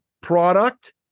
product